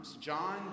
John